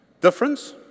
difference